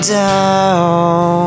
down